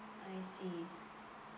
I see